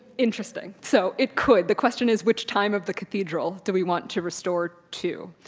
interesting. so it could. the question is which time of the cathedral do we want to restore to?